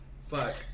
Fuck